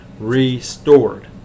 Restored